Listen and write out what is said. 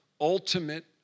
ultimate